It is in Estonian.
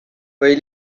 või